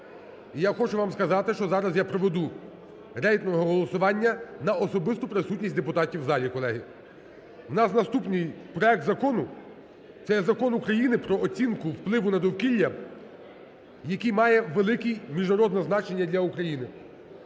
я хочу вам сказати, що зараз я проведу рейтингове голосування на особисту присутність депутатів у залі колеги. У нас наступний проект закону – це Закон України "Про оцінку впливу на довкілля", який має велике міжнародне значення для України.